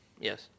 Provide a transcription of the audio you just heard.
Yes